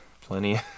Plenty